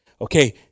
Okay